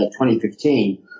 2015